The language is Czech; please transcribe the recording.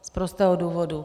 Z prostého důvodu.